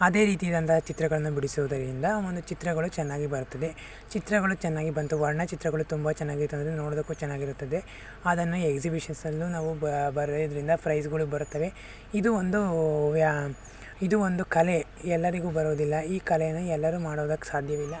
ಅದೇ ರೀತಿಯಾದಂಥ ಚಿತ್ರಗಳನ್ನು ಬಿಡಿಸೋದರಿಂದ ಒಂದು ಚಿತ್ರಗಳು ಚೆನ್ನಾಗಿ ಬರುತ್ತದೆ ಚಿತ್ರಗಳು ಚೆನ್ನಾಗಿ ಬಂತು ವರ್ಣ ಚಿತ್ರಗಳು ತುಂಬ ಚೆನ್ನಾಗಿತ್ತಂದರೆ ನೋಡೋದಕ್ಕೂ ಚೆನ್ನಾಗಿರುತ್ತದೆ ಅದನ್ನು ಎಕ್ಸಿಬಿಷನ್ಸಲ್ಲೂ ನಾವು ಬ ಬರೆಯೋದ್ರಿಂದ ಪ್ರೈಜ್ಗಳು ಬರುತ್ತವೆ ಇದು ಒಂದು ವ್ಯಾ ಇದು ಒಂದು ಕಲೆ ಎಲ್ಲರಿಗೂ ಬರೋದಿಲ್ಲ ಈ ಕಲೆನ ಎಲ್ಲರೂ ಮಾಡೋದಕ್ಕೆ ಸಾಧ್ಯವಿಲ್ಲ